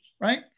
right